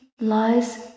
lies